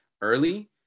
early